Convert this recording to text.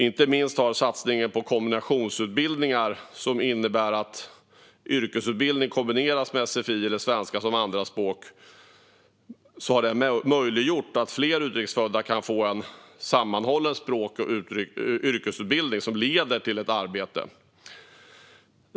Inte minst har satsningen på kombinationsutbildningar, som innebär att yrkesutbildning kombineras med sfi eller svenska som andraspråk, möjliggjort att fler utrikes födda kan få en sammanhållen språk och yrkesutbildning som leder till arbete.